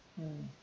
mm